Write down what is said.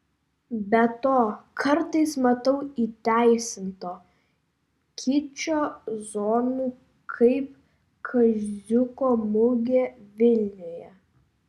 be to kartais matau įteisinto kičo zonų kaip kaziuko mugė vilniuje